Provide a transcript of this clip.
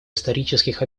исторических